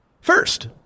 First